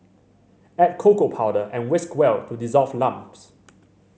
add cocoa powder and whisk well to dissolve lumps